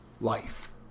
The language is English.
life